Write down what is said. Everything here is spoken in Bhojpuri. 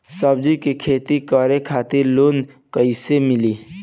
सब्जी के खेती करे खातिर लोन कइसे मिली?